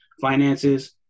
finances